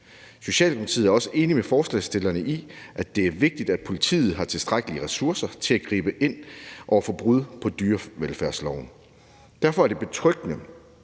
Socialdemokratiet er også enig med forslagsstillerne i, at det er vigtigt, at politiet har tilstrækkelige ressourcer til at gribe ind over for brud på dyrevelfærdsloven. Derfor er det betryggende,